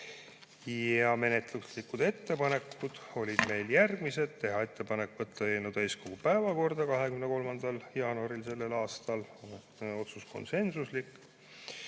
Menetluslikud ettepanekud olid järgmised. Teha ettepanek võtta eelnõu täiskogu päevakorda 23. jaanuaril sellel aastal, otsus oli konsensuslik.